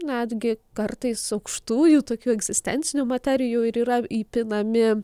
netgi kartais aukštųjų tokių egzistencinių materijų ir yra įpinami